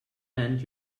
and